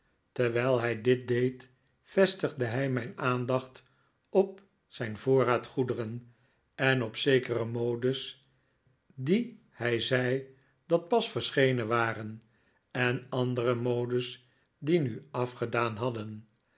terwijl hij dit deed vestigde hij mijn aandacht op zijn voorraad goederen en op zekere modes die hij zei dat pas verschenen waren en andere modes die nu afgedaan hadden